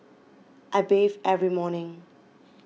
I bathe every morning